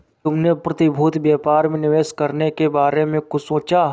तुमने प्रतिभूति व्यापार में निवेश करने के बारे में कुछ सोचा?